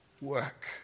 work